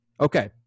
Okay